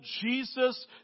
Jesus